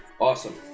Awesome